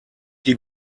die